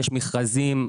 יש מכרזים.